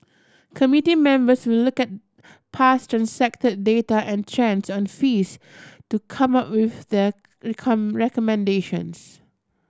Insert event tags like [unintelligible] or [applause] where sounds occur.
committee members will look at past transacted data and trends on fees to come up with their [unintelligible] recommendations